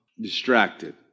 distracted